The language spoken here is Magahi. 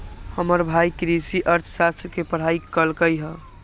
हमर भाई कृषि अर्थशास्त्र के पढ़ाई कल्कइ ह